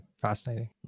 fascinating